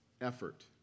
effort